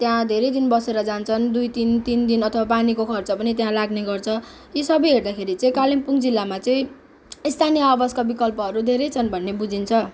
त्यहाँ धेरै दिन बसेर जान्छन् दुई दिन तिन दिन अथवा पानीको खर्च पनि त्यहाँ लाग्ने गर्छ यी सबै हेर्दाखेरि चाहिँ कालिम्पोङ जिल्लामा चाहिँ स्थानीय आवासका विकल्पहरू धेरै छन् भन्ने बुझिन्छ